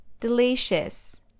Delicious